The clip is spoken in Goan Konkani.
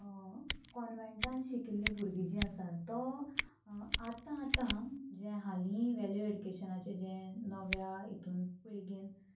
कॉन्वँटान शिकिल्लीं भुरगीं जीं आसा तो आतां आतां जें हालीं वेल्यू एडुकेशनाचें जें नव्या हितून पिळगेन